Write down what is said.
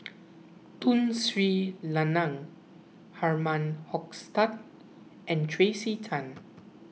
Tun Sri Lanang Herman Hochstadt and Tracey Tan